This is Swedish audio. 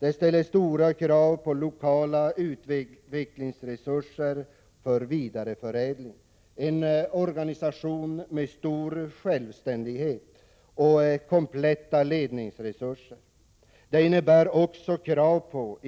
Det ställer stora krav på lokala utvecklingsresurser för vidareförädling, en organisation med stor självständighet och kompletta ledningsresurser. Det innebär också krav på